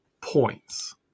points